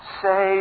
say